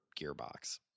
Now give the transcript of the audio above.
gearbox